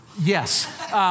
Yes